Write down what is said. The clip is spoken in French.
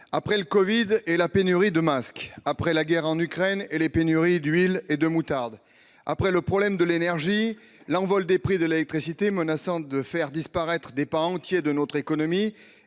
après le covid-19 et la pénurie de masques, après la guerre en Ukraine et les pénuries d'huile et de moutarde, après le problème de l'énergie et l'envol des prix de l'électricité, menaçant de faire disparaître des pans entiers de notre économie-